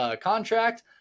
contract